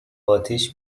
آتیش